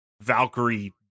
Valkyrie